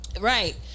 Right